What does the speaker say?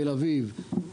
תל אביב,